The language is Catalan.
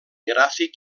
gràfic